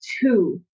two